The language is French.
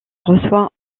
reçoit